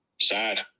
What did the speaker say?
sad